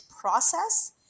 process